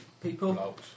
people